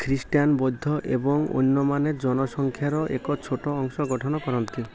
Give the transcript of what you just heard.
Christian ବୈଦ୍ଧ ଏବଂ ଅନ୍ୟମାନେ ଜନସଂଖ୍ୟାର ଏକ ଛୋଟ ଅଂଶ ଗଠନ କରନ୍ତି